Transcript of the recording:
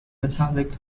metallic